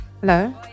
Hello